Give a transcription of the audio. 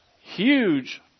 huge